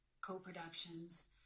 co-productions